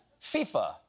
FIFA